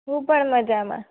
હું પણ મજામાં